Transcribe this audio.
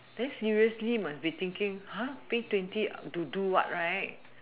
they seriously must be thinking !huh! pay twenty to do what right